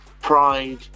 pride